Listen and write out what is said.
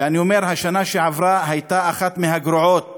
ואני אומר, השנה שעברה הייתה אחת מהגרועות